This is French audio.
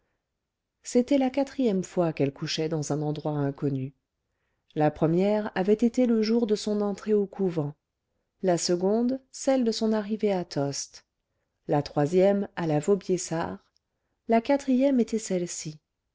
c'était la quatrième fois qu'elle couchait dans un endroit inconnu la première avait été le jour de son entrée au couvent la seconde celle de son arrivée à tostes la troisième à la vaubyessard la quatrième était celle-ci